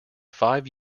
five